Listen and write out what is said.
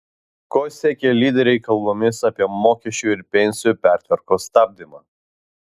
ko siekia lyderiai kalbomis apie mokesčių ir pensijų pertvarkos stabdymą